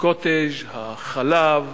ה"קוטג'", החלב,